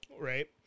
Right